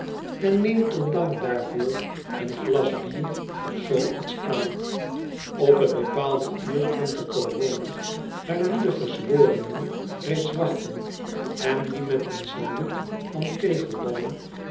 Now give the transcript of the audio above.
en neemt tot dank daarvoor een glas bier of zoo iets aan op het bepaalde uur komt de c o r o n e r naar wien de gezworenen reeds wachten en die met een saluut van kegelballen